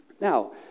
Now